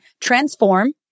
transform